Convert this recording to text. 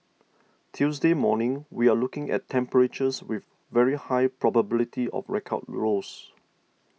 Tuesday morning we're looking at temperatures with very high probability of record lows